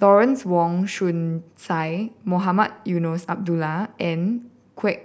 Lawrence Wong Shyun Tsai Mohamed Eunos Abdullah and Kwek